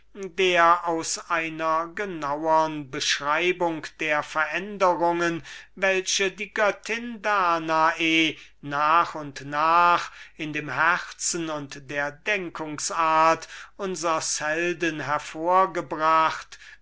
der aus einer genauern beschreibung der veränderungen welche die göttin danae nach und nach in dem herzen und der denkungsart unsers helden hervorgebracht